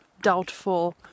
doubtful